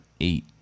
eight